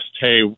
hey